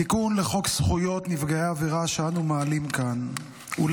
התיקון לחוק זכויות נפגעי עבירה שאנו מעלים כאן הוא,